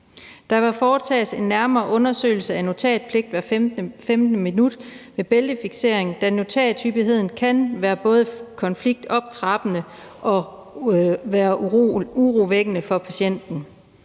Der vil foretages en nærmere undersøgelse af notatpligt hvert 15. minut ved bæltefiksering, da notathyppigheden kan være både konfliktoptrappende og være urovækkende for patienten,